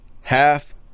half